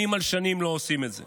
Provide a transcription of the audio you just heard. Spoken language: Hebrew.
שנים על שנים לא עושים את זה.